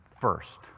first